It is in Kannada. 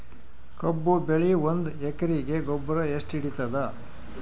ಕಬ್ಬು ಬೆಳಿ ಒಂದ್ ಎಕರಿಗಿ ಗೊಬ್ಬರ ಎಷ್ಟು ಹಿಡೀತದ?